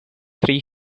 three